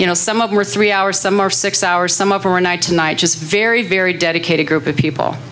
you know some of them are three hours some are six hours some of our night tonight just very very dedicated group of people